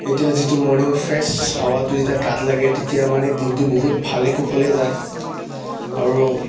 এতিয়া যিটো মৰ্ণিঙৰ ফ্ৰেছ হাৱাটো যেতিয়া গাত লাগে তেতিয়া মানে দিনটো বহুত ভালে কুশলে যায় আৰু